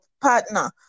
partner